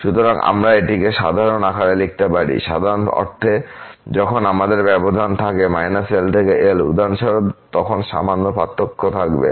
সুতরাং আমরা এটিকে সাধারণ আকারে লিখতে পারি সাধারণ অর্থে যখন আমাদের ব্যবধান থাকে - L থেকে L উদাহরণস্বরূপ তখন সামান্য পার্থক্য থাকবে